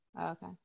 Okay